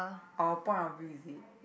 our point of view is it